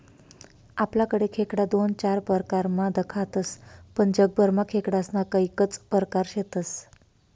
आपलाकडे खेकडा दोन चार परकारमा दखातस पण जगभरमा खेकडास्ना कैकज परकार शेतस